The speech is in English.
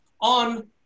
on